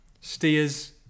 Steers